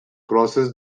crosses